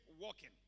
walking